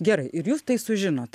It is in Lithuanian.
gerai ir jūs tai sužinot